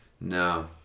No